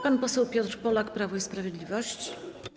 Pan poseł Piotr Polak, Prawo i Sprawiedliwość.